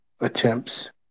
attempts